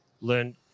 learn